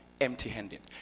empty-handed